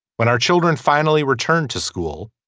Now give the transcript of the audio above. when our children finally returned to school.